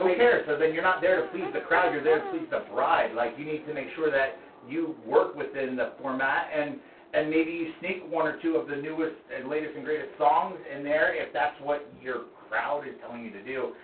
who cares? so then you're not there to please the crowd, you're there to please the bride. like you need to make sure that you work within the format and and maybe you sneak one or two of the newest and latest and greatest songs in there, if that's what your crowd is telling you to do.